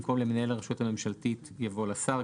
במקום "למנהל הרשות הממשלתית" יבוא "לשר".